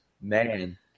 Man